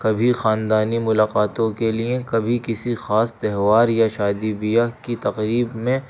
کبھی خاندانی ملاقاتوں کے لیے کبھی کسی خاص تہوار یا شادی بیاہ کی تقریب میں